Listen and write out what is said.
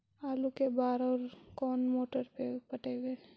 आलू के बार और कोन मोटर से पटइबै?